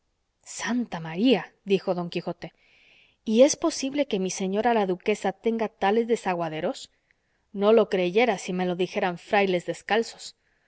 santa maría dijo don quijote y es posible que mi señora la duquesa tenga tales desaguaderos no lo creyera si me lo dijeran frailes descalzos